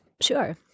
Sure